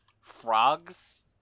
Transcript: frogs